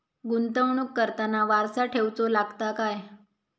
गुंतवणूक करताना वारसा ठेवचो लागता काय?